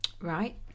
right